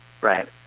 Right